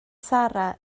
sara